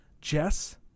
Jess